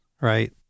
Right